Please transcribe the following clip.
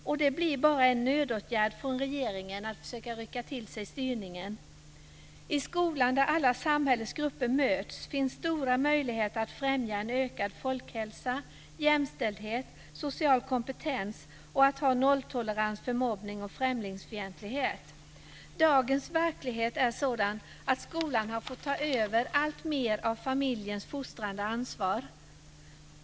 Det blir bara en nödåtgärd från regeringen för att försöka rycka till sig styrningen. I skolan, där alla samhällets grupper möts, finns stora möjligheter att främja en ökad folkhälsa, jämställdhet, social kompetens och att ha nolltolerans för mobbning och främlingsfientlighet. Dagens verklighet är sådan att skolan har fått ta över alltmer av familjens fostrande ansvar.